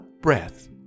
breath